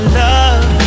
love